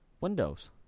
windows